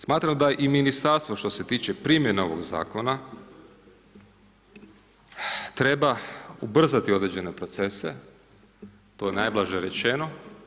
Smatram da i Ministarstvo što se tiče primjene ovog Zakona treba ubrzati određene procese, to je najblaže rečeno.